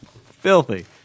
Filthy